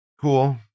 Cool